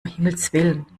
himmelswillen